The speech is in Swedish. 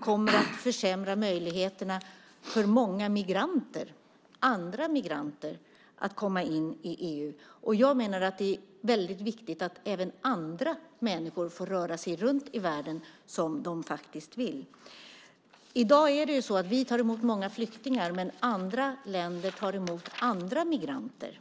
kommer att försämra möjligheterna för många migranter att komma in i EU. Jag menar att det är väldigt viktigt att även andra människor får röra sig runt i världen som de vill. I dag tar vi emot många flyktingar, men andra länder tar emot andra migranter.